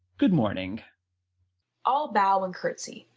good morning all bow and curtsy.